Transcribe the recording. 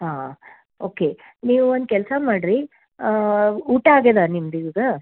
ಹಾಂ ಓಕೆ ನೀವು ಒಂದು ಕೆಲಸ ಮಾಡಿರಿ ಊಟ ಆಗಿದ ನಿಮ್ದು ಈಗ